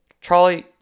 Charlie